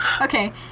Okay